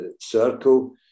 circle